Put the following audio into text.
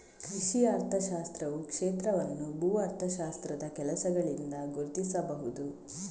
ಕೃಷಿ ಅರ್ಥಶಾಸ್ತ್ರದ ಕ್ಷೇತ್ರವನ್ನು ಭೂ ಅರ್ಥಶಾಸ್ತ್ರದ ಕೆಲಸಗಳಿಂದ ಗುರುತಿಸಬಹುದು